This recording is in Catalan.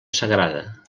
sagrada